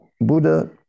buddha